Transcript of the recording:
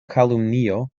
kalumnio